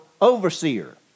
overseer